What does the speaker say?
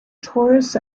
torus